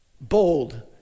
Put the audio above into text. bold